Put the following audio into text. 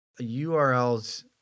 URLs